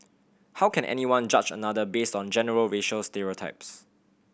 how can anyone judge another based on general racial stereotypes